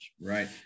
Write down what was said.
Right